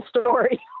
story